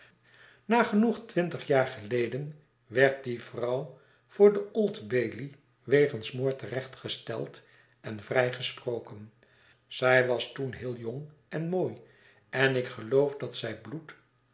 nagenoeg twintig jaar geleden werd die vrouw voor de old bailey wegens moord te recht gesteld en vrijgesproken zij was toen heel jong en mooi en ik geloof dat zij bloed